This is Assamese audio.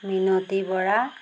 মিনতী বৰা